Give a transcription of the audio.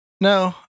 No